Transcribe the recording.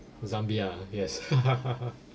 zambia yes